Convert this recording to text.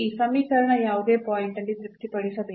ಈ ಸಮೀಕರಣ ಯಾವುದೇ ಪಾಯಿಂಟ್ ಅಲ್ಲಿ ತೃಪ್ತಿಪಡಿಸಬೇಕು